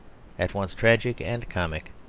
at once tragic and comic,